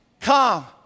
come